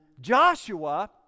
Joshua